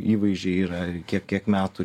įvaizdžiai yra kiek kiek metų